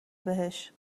بهش